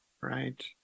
Right